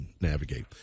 navigate